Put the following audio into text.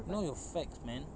know your facts man